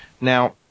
now